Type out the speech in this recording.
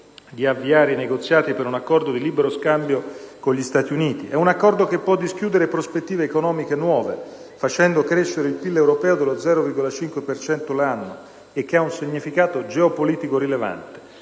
di avviare i negoziati per un accordo di libero scambio con gli Stati Uniti: è un accordo che può dischiudere prospettive economiche nuove, facendo crescere il PIL europeo dello 0,5 per cento l'anno, e che ha un significato geopolitico rilevante.